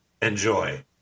Enjoy